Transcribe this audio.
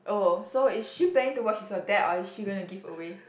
oh so is she planning to watch with your dad or is she going to give away